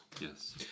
Yes